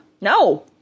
No